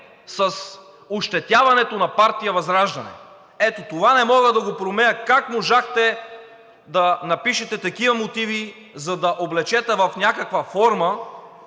с ощетяването на партия ВЪЗРАЖДАНЕ. Ето това не мога да го проумея - как можахте да напишете такива мотиви, за да облечете в някаква форма